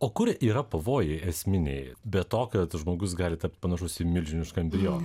o kur yra pavojai esminiai be to kad žmogus gali tapt panašus į milžinišką embrioną